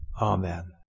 Amen